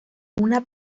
una